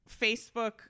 Facebook